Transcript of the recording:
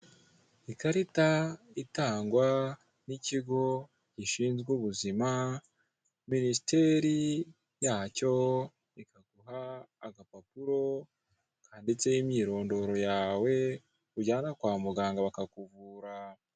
Ikarita itangwa n'ikigo gishinzwe ubuzima, minisiteri yacyo ikaguha agapapuro kanditseho imyirondoro yawe, ujyana kwa muganga bakakuvura.